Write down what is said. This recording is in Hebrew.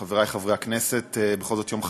חברי חברי הכנסת, בכל זאת יום חגיגי,